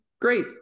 great